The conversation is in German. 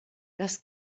das